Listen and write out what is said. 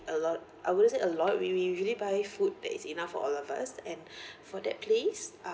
a lot I wouldn't say a lot we we usually buy food that is enough for all of us and for that place